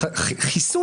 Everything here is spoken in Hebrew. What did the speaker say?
חלילה וחס.